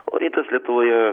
o rytas lietuvoje